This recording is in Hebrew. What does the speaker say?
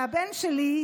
שהבן שלי,